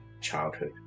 childhood